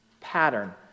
pattern